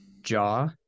Jaw